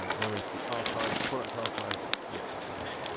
um now we're into the archive, product archives, yep that's fine.